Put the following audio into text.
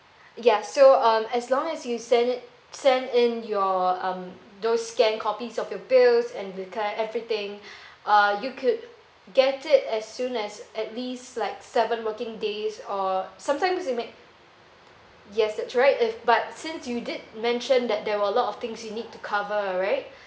ya so um as long as you send it send in your um those scanned copies of your bills and everything uh you could get it as soon as at least like seven working days or sometimes it may yes that's right if but since you did mention that there were a lot of things you need to cover right